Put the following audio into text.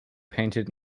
painted